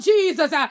Jesus